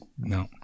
No